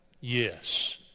Yes